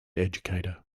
educator